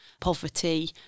poverty